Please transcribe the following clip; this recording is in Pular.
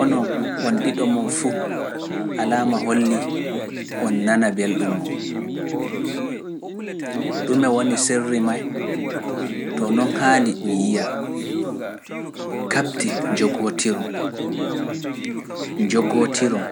Onon on ɗiɗo mon fuu alaama hollii on nana belɗum mon. Ɗume woni sirri may? To non haandi ɗum yi'a, kaɓdee njogootiron, njogootiron,